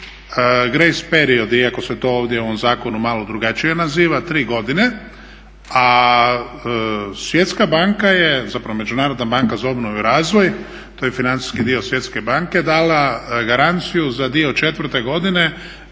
grace period iako se to ovdje u ovom zakonu malo drugačije naziva, tri godine, a Svjetska banka je zapravo Međunarodna banka za obnovu i razvoj, to je financijski dio Svjetske banke dala garanciju za dio četvrte godine,